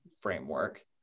framework